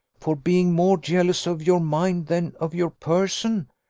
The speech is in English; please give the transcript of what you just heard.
for being more jealous of your mind than of your person?